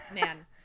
man